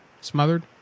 Smothered